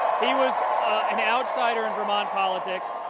he was an outsider in vermont politics,